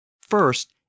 First